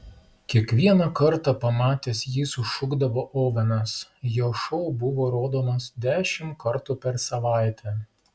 kiekvieną kartą pamatęs jį sušukdavo ovenas jo šou buvo rodomas dešimt kartų per savaitę